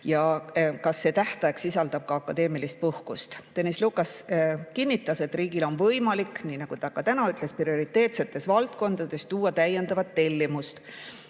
kas see tähtaeg sisaldab ka akadeemilist puhkust. Tõnis Lukas kinnitas, et riigil on võimalik, nii nagu ta ka täna ütles, prioriteetsetes valdkondades [esitada] täiendav tellimus